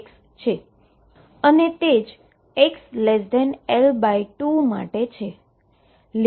અને તે જ xL2 માટે છે